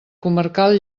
comarcal